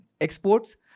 exports